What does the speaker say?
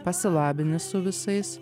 pasilabini su visais